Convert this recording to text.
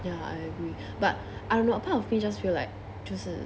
ya I agree but I don't know a part of me just feel like 就是